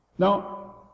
Now